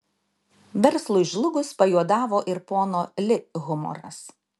verslui žlugus pajuodavo ir pono li humoras